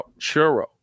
churro